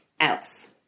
else